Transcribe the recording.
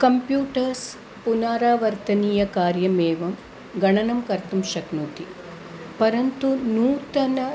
computers पुनरावर्तनीयं कार्यम् एव गणनं कर्तुं शक्नोति परन्तु नूतनम्